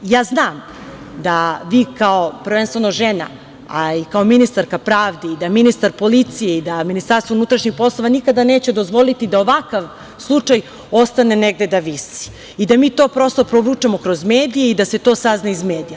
Ja znam da vi, prvenstveno, kao žena, a i kao ministarka pravde i da ministar policije i da Ministarstvo unutrašnjih poslova nikada neće dozvoliti da ovakav slučaj ostane negde da visi i da mi to, prosto, provučemo kroz medije i da se to sazna iz medija.